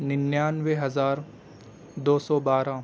ننانوے ہزار دو سو بارہ